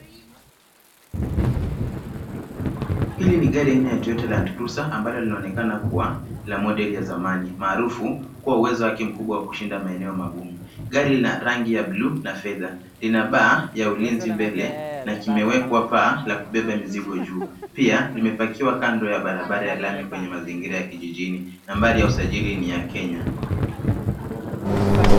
Hili ni gari aina ya Toyota Landcruiser ambalo linaonekana kuwa la model ya zamani maarufu kuwa uwezo wake wa kushinda maeneo magumu. Gari la rangi ya bluu na fedha. Lina baa ya ulinzi mbele na kimewekwa paa la kubeba mizigo juu. Pia limepakiwa kando ya lami ya barabara yenye mazingira ya kijijini. Nambari ya usajili ni ya Kenya.